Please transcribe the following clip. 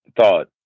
thought